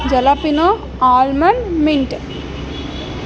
jalapeno almond mint